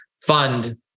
fund